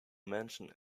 mention